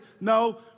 No